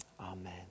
Amen